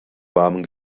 warmen